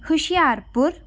Hoshiarpur